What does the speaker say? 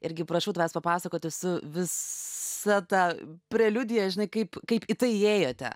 irgi prašau tavęs papasakoti su vis ta preliudija žinai kaip kaip į tai įėjote